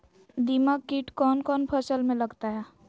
दीमक किट कौन कौन फसल में लगता है?